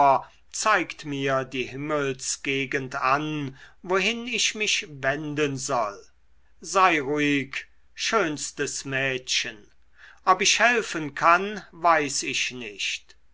zeigt mir die himmelsgegend an wohin ich mich wenden soll sei ruhig schönstes mädchen ob ich helfen kann weiß ich nicht